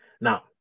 Now